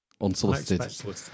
Unsolicited